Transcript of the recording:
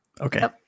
Okay